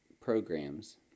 programs